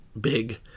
big